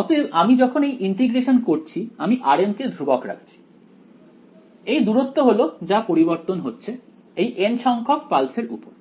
অতএব আমি যখন এই ইন্টিগ্রেশন করছি আমি rm কে ধ্রুবক রাখছি এই দূরত্ব হল যা পরিবর্তন হচ্ছে এই n সংখ্যক পালসের উপর